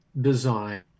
design